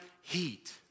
heat